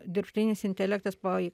dirbtinis intelektas pa